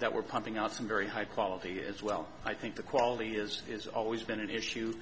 that were pumping out some very high quality as well i think the quality is is always been an issue